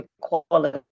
quality